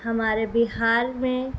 ہمارے بہار میں